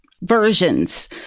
versions